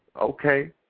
okay